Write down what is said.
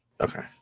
Okay